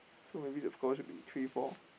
so maybe the score should be three four